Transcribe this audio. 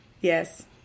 Yes